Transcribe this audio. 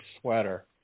sweater